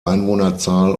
einwohnerzahl